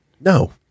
No